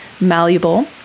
malleable